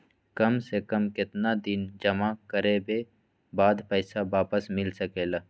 काम से कम केतना दिन जमा करें बे बाद पैसा वापस मिल सकेला?